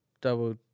double